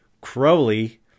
Crowley